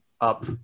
up